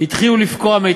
ולכן הממשלה